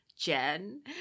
jen